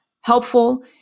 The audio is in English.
helpful